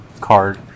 card